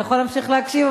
אתה יכול להמשיך להקשיב,